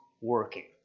working